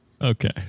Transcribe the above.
Okay